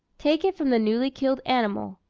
take it from the newly-killed animal,